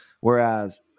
Whereas